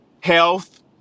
Health